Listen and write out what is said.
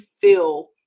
feel